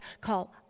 call